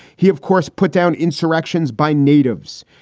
he, of course, put down insurrections by natives.